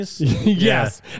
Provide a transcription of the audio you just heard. Yes